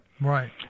Right